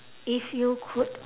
if you could